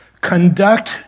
conduct